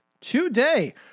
today